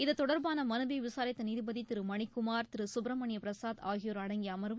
இது தொடர்பான மனுவை விசாரித்த நீதிபதி திரு மணிக்குமார் திரு சுப்ரமணியம் பிரசாத் ஆகியோர் அடங்கி அமர்வு